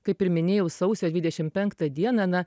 kaip ir minėjau sausio dvidešim penktą dieną na